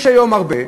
יש היום הרבה,